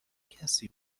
کسی